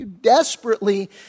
desperately